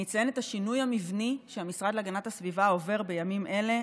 אני אציין את השינוי המבני שהמשרד להגנת הסביבה עובר בימים אלה.